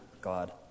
God